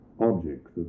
objects